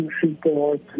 support